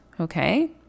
Okay